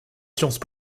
sciences